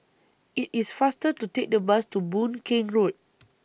IT IS faster to Take The Bus to Boon Keng Road